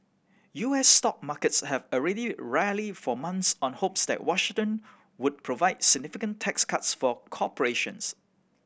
U S stock markets have already rallied for months on hopes that Washington would provide significant tax cuts for corporations